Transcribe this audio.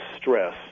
stress